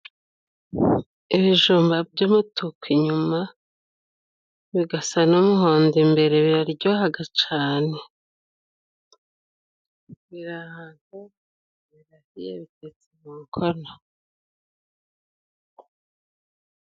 Ibijumba by'umutuku inyuma bigasa n'umuhondo imbere biraryohaga cane, biri ahantu wagira ngo babitetse mu nkono.